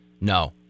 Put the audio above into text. No